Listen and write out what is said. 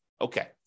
okay